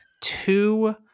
two